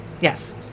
Yes